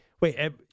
Wait